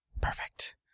Perfect